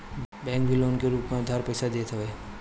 bank भी loan के रूप में उधार पईसा देत हवे